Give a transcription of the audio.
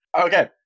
Okay